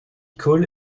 cole